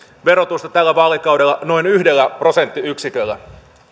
verotusta tällä vaalikaudella noin yhdellä prosenttiyksiköllä